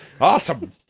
Awesome